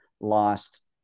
Lost